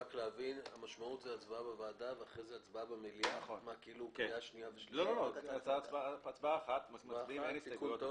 יש לפניי את המכתב של היועץ המשפטי לכנסת,